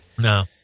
No